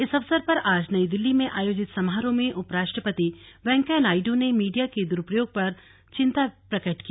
इस अवसर पर आज नई दिल्ली में आयोजित समारोह में उपराष्ट्रपति वेंकैया नायडू ने मीडिया के द्रूपयोग पर चिंता प्रकट की